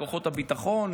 לכוחות הביטחון,